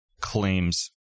claims